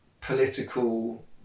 political